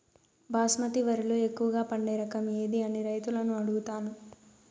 బాస్మతి వరిలో ఎక్కువగా పండే రకం ఏది అని రైతులను అడుగుతాను?